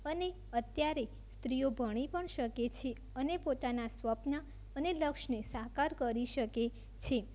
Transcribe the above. અને અત્યારે સ્ત્રીઓ ભણી પણ શકે છે અને પોતાનાં સ્વપ્ન અને લક્ષ્યને સાકાર કરી શકે છે